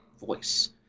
voice